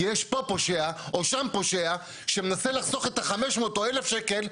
כי יש פה פושע או שם פושע שמנסה לחסוך את ה-500 או 1,000 שקלים,